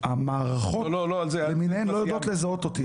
והמערכות למיניהן לא יודעות לזהות אותיות.